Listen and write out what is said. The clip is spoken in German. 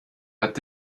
hat